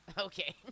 Okay